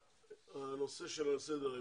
הנושא שעל סדר היום,